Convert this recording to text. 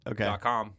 Okay